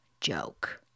joke